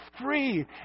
free